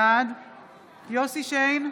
בעד יוסף שיין,